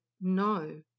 no